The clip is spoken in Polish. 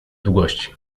długości